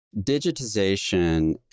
digitization